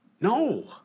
No